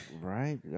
Right